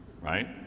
right